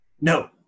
No